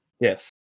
yes